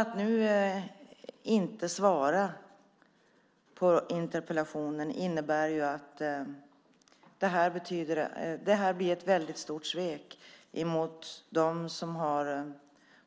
Att nu inte svara på interpellationen innebär ett stort svek mot dem som